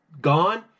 gone